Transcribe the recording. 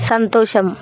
సంతోషం